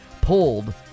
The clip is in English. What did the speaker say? pulled